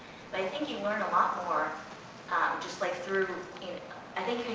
i think you learn a lot more ah just, like, through i think,